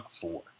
four